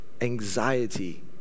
anxiety